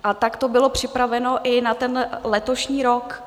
A tak to bylo připraveno i na letošní rok.